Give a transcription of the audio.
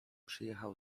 przyjechał